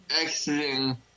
Exiting